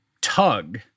tug